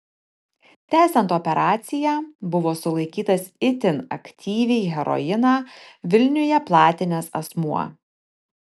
tęsiant operaciją buvo sulaikytas itin aktyviai heroiną vilniuje platinęs asmuo